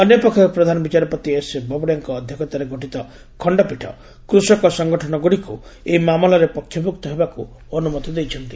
ଅନ୍ୟପକ୍ଷରେ ପ୍ରଧାନ ବିଚାରପତି ଏସଏ ବୋବଡେଙ୍କ ଅଧ୍ୟକ୍ଷତାରେ ଗଠିତ ଖଣ୍ଡପୀଠ କୃଷକ ସଂଗଠନଗୁଡ଼ିକୁ ଏହି ମାମଲାରେ ପକ୍ଷଭୁକ୍ତ ହେବାକୁ ଅନୁମତି ଦେଇଛନ୍ତି